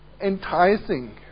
Enticing